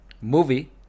movie